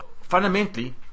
Fundamentally